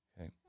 Okay